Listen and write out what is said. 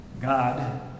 God